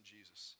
Jesus